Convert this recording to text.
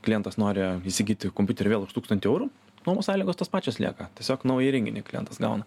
klientas nori įsigyti kompiuterį vėl už tūkstantį eurų nuomos sąlygos tos pačios lieka tiesiog naują įrenginį klientas gauna